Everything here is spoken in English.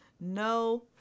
No